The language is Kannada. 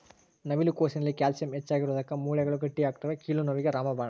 ನವಿಲು ಕೋಸಿನಲ್ಲಿ ಕ್ಯಾಲ್ಸಿಯಂ ಹೆಚ್ಚಿಗಿರೋದುಕ್ಕ ಮೂಳೆಗಳು ಗಟ್ಟಿಯಾಗ್ತವೆ ಕೀಲು ನೋವಿಗೆ ರಾಮಬಾಣ